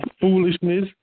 foolishness